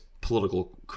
political